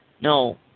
No